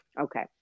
okay